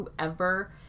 whoever